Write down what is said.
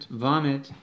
vomit